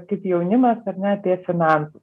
kaip jaunimas ar ne apie finansus